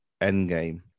Endgame